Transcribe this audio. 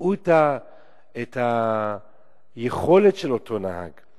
ידעו את היכולת של אותו נהג.